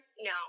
no